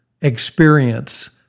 experience